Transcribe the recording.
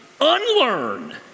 unlearn